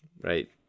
Right